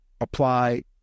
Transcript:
apply